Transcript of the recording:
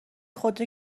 خدا